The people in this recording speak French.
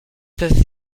peuvent